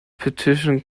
petition